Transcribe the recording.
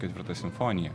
ketvirta simfonija